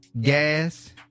gas